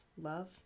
love